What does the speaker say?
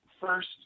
first